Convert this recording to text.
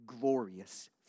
glorious